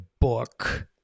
book